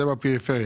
שזה בפריפריה.